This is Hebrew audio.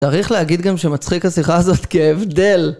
צריך להגיד גם שמצחיק השיחה הזאת כהבדל.